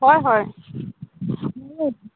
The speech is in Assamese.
হয় হয়